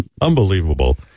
Unbelievable